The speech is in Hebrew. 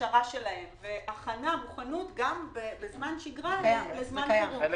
הכשרה שלהם ומוכנות גם בזמן שגרה לזמן חירום.